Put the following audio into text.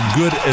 good